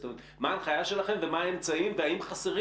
זאת אומרת מה ההנחיה שלכם ומה האמצעים והאם חסרים